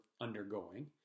undergoing